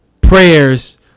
prayers